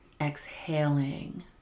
Exhaling